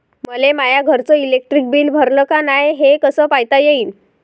मले माया घरचं इलेक्ट्रिक बिल भरलं का नाय, हे कस पायता येईन?